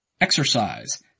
Exercise